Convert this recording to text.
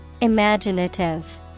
Imaginative